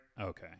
Okay